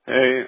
Hey